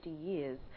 years